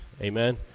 Amen